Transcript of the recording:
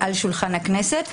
על שולחן הכנסת.